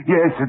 Yes